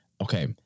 okay